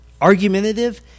argumentative